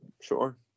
sure